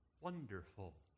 wonderful